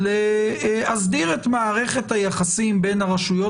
ביכולתה להסדיר את מערכתה יחסים בין הרשויות